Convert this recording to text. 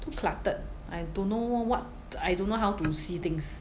too cluttered I don't know what I don't know how to see things